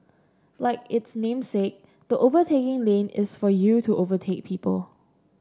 like its namesake the overtaking lane is for you to overtake people